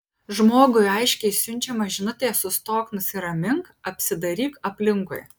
žmogui aiškiai siunčiama žinutė sustok nusiramink apsidairyk aplinkui